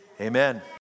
Amen